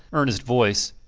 earnest voice,